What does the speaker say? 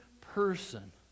person